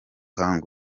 abantu